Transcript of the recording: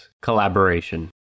collaboration